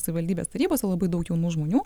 savivaldybės tarybose labai daug jaunų žmonių